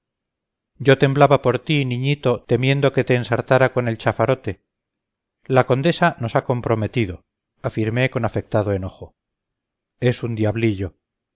yo temblaba por ti niñito temiendo que te ensartara con el chafarote la condesa nos ha comprometido afirmé con afectado enojo es un diablillo